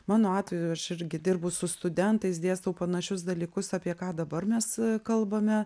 mano atveju aš irgi dirbu su studentais dėstau panašius dalykus apie ką dabar mes kalbame